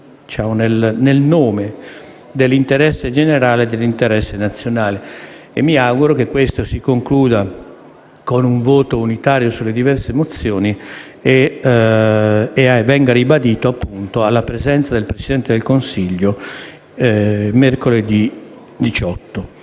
nel nome dell'interesse generale e dell'interesse nazionale. Mi auguro che ciò si concluda con un voto unitario sulle diverse mozioni e venga ribadito, appunto, alla presenza del Presidente del Consiglio mercoledì 18